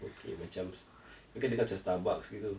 okay macam ingatkan dia macam Starbucks gitu